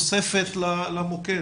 כתוספת למוקד.